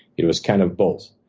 it was kind of both,